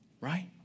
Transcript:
right